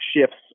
shifts